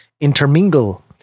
intermingle